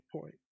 point